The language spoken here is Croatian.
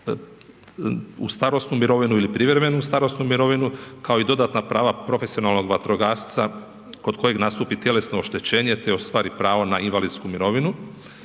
u starosnu mirovinu ili privremenu starosnu mirovinu, kao i dodatna prava profesionalnog vatrogasca kod kojeg nastupi tjelesno oštećenje, te ostvari pravo na invalidsku mirovinu,